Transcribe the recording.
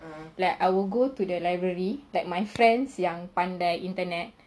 like I will go to the library my friend yang pandai internet